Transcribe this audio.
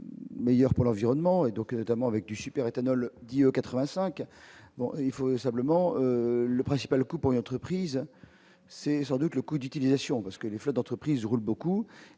Meilleur pour l'environnement et donc notamment avec du super-éthanol 10 85, bon, il faut simplement le principal coût pour une entreprise, c'est sans doute le coût d'utilisation parce que les flottes d'entreprises roule beaucoup